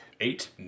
Eight